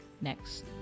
next